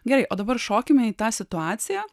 gerai o dabar šokime į tą situaciją